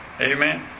Amen